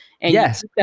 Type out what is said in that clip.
Yes